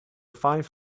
five